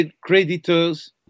creditors